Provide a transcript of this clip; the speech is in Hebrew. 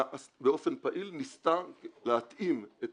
באופן פעיל ניסתה להתאים את